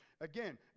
again